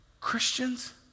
Christians